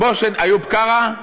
איוב קרא?